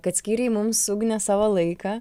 kad skyrei mums su ugne savo laiką